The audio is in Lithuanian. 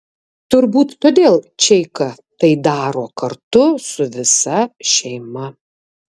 turbūt todėl čeika tai daro kartu su visa šeima